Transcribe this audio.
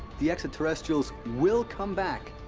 the extraterrestrials will come back,